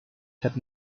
had